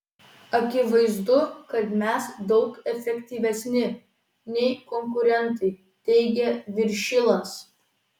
akivaizdu kad mes daug efektyvesni nei konkurentai teigia viršilas